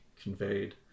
conveyed